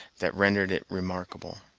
that rendered it remarkable.